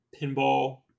pinball